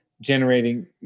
generating